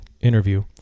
interview